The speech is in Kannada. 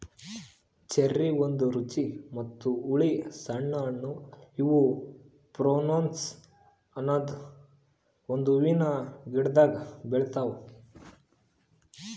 ಚೆರ್ರಿ ಒಂದ್ ರುಚಿ ಮತ್ತ ಹುಳಿ ಸಣ್ಣ ಹಣ್ಣು ಇವು ಪ್ರುನುಸ್ ಅನದ್ ಒಂದು ಹೂವಿನ ಗಿಡ್ದಾಗ್ ಬೆಳಿತಾವ್